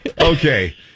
Okay